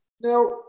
now